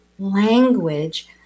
language